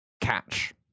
catch